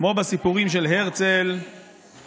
כמו בסיפורים של הרצל,